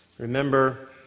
Remember